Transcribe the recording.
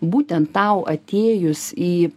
būtent tau atėjus į